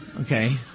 Okay